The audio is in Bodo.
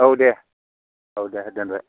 औ दे औ दे दोनबाय